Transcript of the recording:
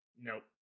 Nope